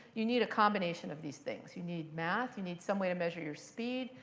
you need a combination of these things you need math, you need some way to measure your speed,